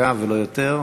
בדקה ולא יותר.